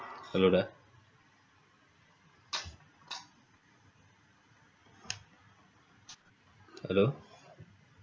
hello da hello